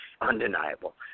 undeniable